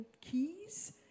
keys